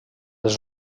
les